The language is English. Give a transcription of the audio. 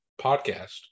podcast